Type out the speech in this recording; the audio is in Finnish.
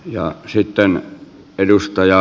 ja syyttömän edustaja